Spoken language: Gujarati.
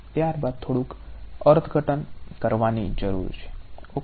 ત્યારબાદ થોડુક અર્થઘટન કરવાની જરૂર છે ઓકે